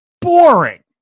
boring